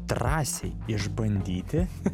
drąsiai išbandyti